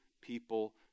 people